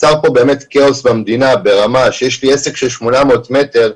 נוצר פה כאוס במדינה ברמה שיש לי עסק של 800 מטר,